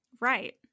Right